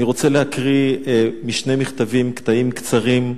אני רוצה להקריא משני מכתבים קטעים קצרים.